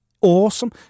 Awesome